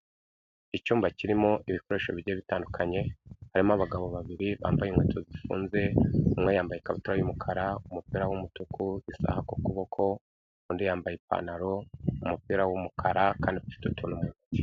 Icyumba kirimo ibikoresho bigiye bitandukanye, harimo abagabo babiri bambaye inkweto zifunze, umwe yambaye ikabutura y'umukara, umupira w'umutuku, isaha ku kuboko, undi yambaye ipantaro, umupira w'umukara kandi afite utuntu mu ntoki.